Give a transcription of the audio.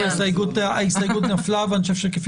כפי